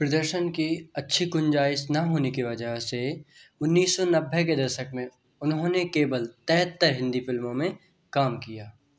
प्रदर्शन की अच्छी गुंजाइश न होने की वजह से उन्नीस सौ नब्बे के दशक में उन्होंने केवल तैहेत्तर हिंदी फिल्मों में काम किया